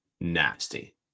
nasty